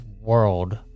world